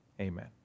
Amen